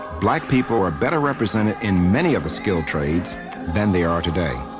black people were better represented in many of the skilled trades than they are today.